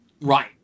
Right